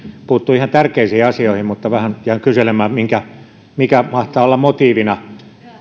puuttui ihan tärkeisiin asioihin mutta vähän jään kyselemään mikä mahtaa olla motiivina